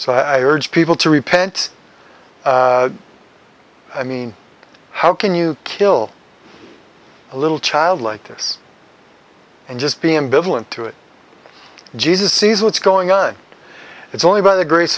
so i urge people to repent i mean how can you kill a little child like this and just being vigilant to it jesus sees what's going on it's only by the grace